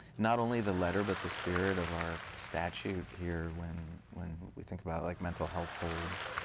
not only the letter, but the spirit of our statute here, when when we think about like mental health households,